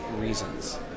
reasons